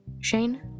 Shane